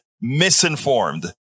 Misinformed